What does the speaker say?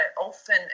often